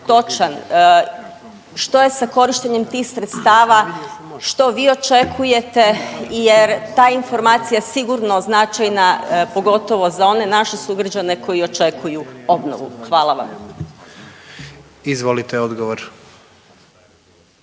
točan što je sa korištenjem tih sredstava, što vi očekujete jer ta je informacija sigurno značajna pogotovo za one naše sugrađane koji očekuju obnovu. Hvala vam. **Jandroković,